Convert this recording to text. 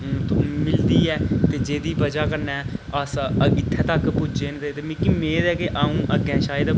मिलदी ऐ ते जेह्दी वजह् कन्नै अस इत्थै तक्कर पुज्जे न ते मिकी मेद ऐ कि अ'ऊं अग्गें शायद